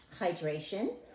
hydration